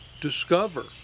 discover